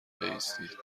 بایستید